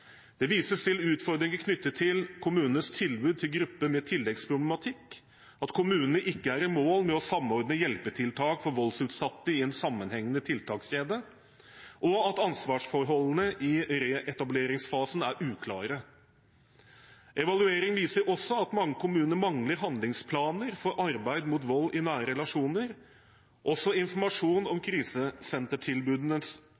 Det vises til utfordringer knyttet til kommunenes tilbud til grupper med tilleggsproblematikk, at kommunene ikke er i mål med å samordne hjelpetiltak for voldsutsatte i en sammenhengende tiltakskjede, og at ansvarsforholdene i reetableringsfasen er uklare. Evalueringen viser også at mange kommuner mangler handlingsplaner for arbeid mot vold i nære relasjoner. Også informasjon om krisesentertilbudene